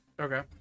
Okay